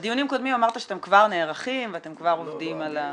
בדיונים קודמים אמרת שאתם כבר נערכים ואתם כבר עובדים -- לא אמרתי,